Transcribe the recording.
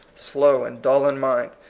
slow and dull in mind,